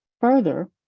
Further